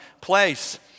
place